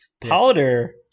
powder